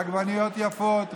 עגבניות יפות,